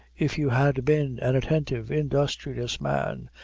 if you had been an attentive, industrious man,